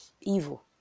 Evil